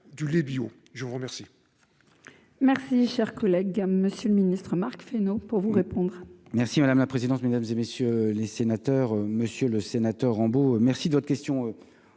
du lait bio, je vous remercie. Merci, cher collègue, Monsieur le Ministre, Marc. Nous, pour vous répondre, merci madame la présidence mesdames et messieurs les sénateurs, Monsieur le Sénateur, Rambo, merci de votre question